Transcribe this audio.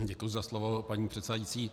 Děkuji za slovo, paní předsedající.